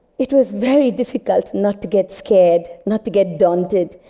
it was very difficult not to get scared, not to get daunted.